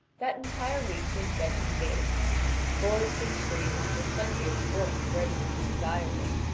that entire week they spent in gaiety forest and stream offered plenty of sport for any one who desired it.